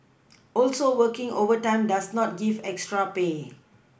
also working overtime does not give extra pay